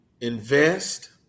invest